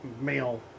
male